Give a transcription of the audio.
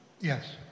Yes